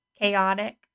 chaotic